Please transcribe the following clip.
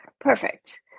Perfect